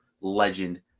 legend